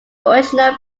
original